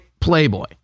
playboy